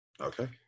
Okay